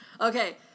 Okay